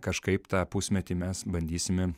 kažkaip tą pusmetį mes bandysimi